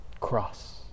Cross